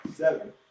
Seven